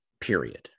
Period